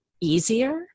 easier